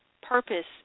purpose